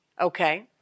Okay